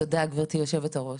תודה גברתי יושבת הראש.